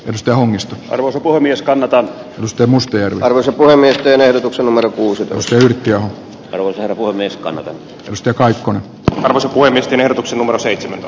ryöstöhommista voisi poimia skannataan mistä mustia arvoisa puhemies teen ehdotuksen numero kuusi prosenttia perusarvon niskaan jos takaiskun kun osa huilistin ehdotuksen numero seitsemän